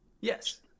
Yes